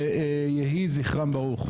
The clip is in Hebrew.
יהי זכרם ברוך.